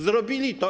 Zrobili to.